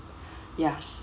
ya